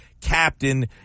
captain